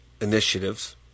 initiatives